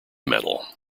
metal